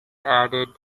added